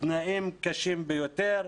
תנאים קשים ביותר.